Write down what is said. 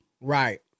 Right